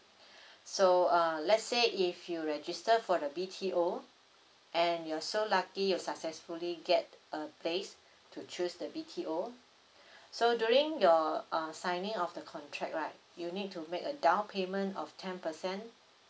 so uh let's say if you register for the B_T_O and you're so lucky you successfully get a place to choose the B_T_O so during the uh signing of the contract right you need to make a down payment of ten percent